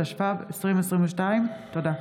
התשפ"ב 2022. תודה.